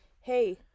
Hey